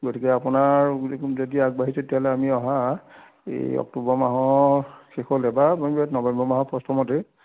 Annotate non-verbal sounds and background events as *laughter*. গতিকে আপোনাৰ *unintelligible* যদি আগবাঢ়িছে তেতিয়াহ'লে আমি অহা এই অক্টোবৰ মাহৰ শেষলৈ *unintelligible* বা নবেম্বৰ মাহৰ প্ৰথমতে